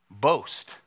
Boast